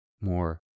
more